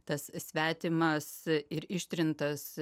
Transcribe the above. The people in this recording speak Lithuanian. tas svetimas ir ištrintas